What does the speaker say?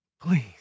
Please